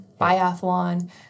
biathlon